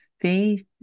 faith